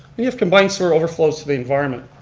we have combined sewer overflows to the environment.